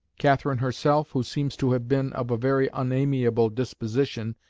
catherine herself, who seems to have been of a very unamiable disposition,